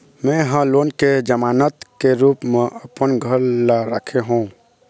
में ह लोन के जमानत के रूप म अपन घर ला राखे हों